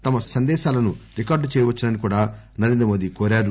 తమ సందేశాలను రికార్డు చేయవచ్చునని కూడా నరేంద్రమోదీ కోరారు